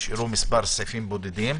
נשארו סעיפים בודדים.